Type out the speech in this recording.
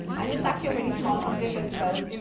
and it's actually a very small complaint as well.